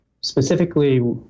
specifically